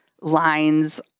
lines